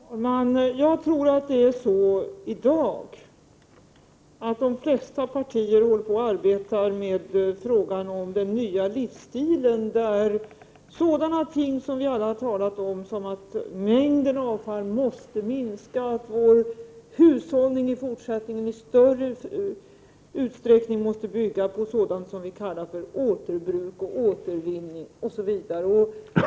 Herr talman! Jag tror att det i dag är så att de flesta partierna arbetar med frågan om den nya livsstilen. Det gäller här ting som vi alla talat om, t.ex. att mängden avfall måste minska och att hushållningen i fortsättningen i större utsträckning måste bygga på vad vi kallar för återbruk och återvinning.